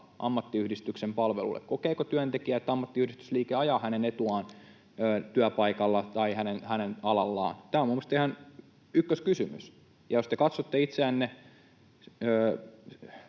ammattiyhdistyksen palvelulle, kokeeko työntekijä, että ammattiyhdistysliike ajaa hänen etuaan työpaikalla tai hänen alallaan. Tämä on minusta ihan ykköskysymys. Kun pohdiskelette itseksenne